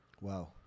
Wow